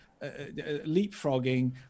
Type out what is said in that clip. leapfrogging